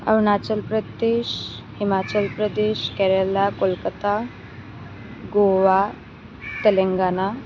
Arunachal Pradesh Himachal Pradesh Kerala Kolkata Goa Telangana